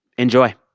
enjoy